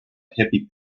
hippie